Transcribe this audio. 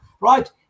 Right